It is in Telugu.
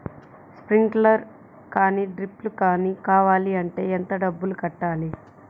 స్ప్రింక్లర్ కానీ డ్రిప్లు కాని కావాలి అంటే ఎంత డబ్బులు కట్టాలి?